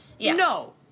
no